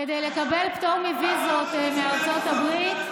כדי לקבל פטור מוויזות מארצות הברית,